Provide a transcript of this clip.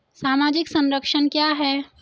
सामाजिक संरक्षण क्या है?